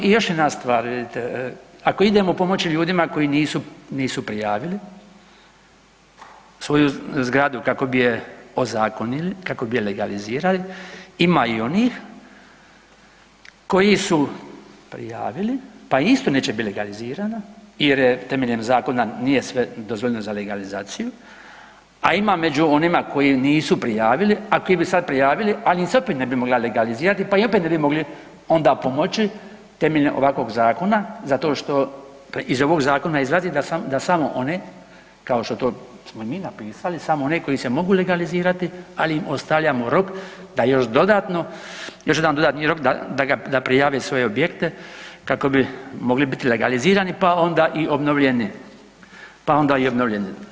I još jedna stvar, vidite ako idemo pomoći ljudima koji nisu, nisu prijavili svoju zgradu kako bi je ozakonili, kako bi je legalizirali, ima i onih koji su prijavili pa isto neće biti legalizirana jer temeljem zakona nije sve dozvoljeno za legalizaciju, a ima među onima koji nisu prijavili, a koji bi sad prijavili, a ni sad se ne bi mogla legalizirati pa im opet ne bi mogli pomoći temeljem ovakvoga zakona zato što iz ovog zakona izlazi da samo one kao što to smo mi napisali, samo one koje se mogu legalizirati ali im ostavljamo rok da još dodatno, još jedan dodatni rok da prijave svoje objekte kako bi mogli biti legalizirani, pa onda i obnovljeni, pa onda i obnovljeni.